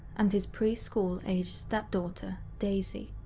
and his pre-school aged step-daughter, daisy.